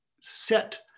set